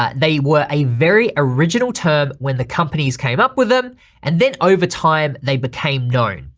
ah they were a very original term when the companies came up with them and then over time they became known.